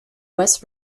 west